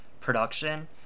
production